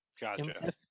gotcha